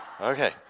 Okay